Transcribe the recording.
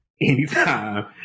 anytime